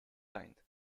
kind